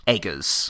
Eggers